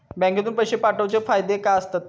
बँकेतून पैशे पाठवूचे फायदे काय असतत?